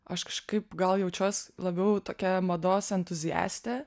aš kažkaip gal jaučiuos labiau tokia mados entuziastė